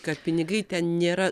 kad pinigai ten nėra